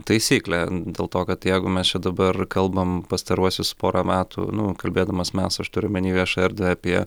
taisyklė dėl to kad jeigu mes čia dabar kalbam pastaruosius porą metų nu kalbėdamas mes aš turiu omeny viešą erdvę apie